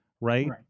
right